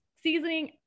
seasoning